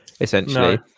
essentially